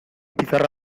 pizarra